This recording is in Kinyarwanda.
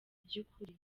by’ukuri